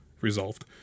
resolved